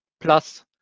plus